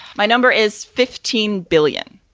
my number is fifteen billion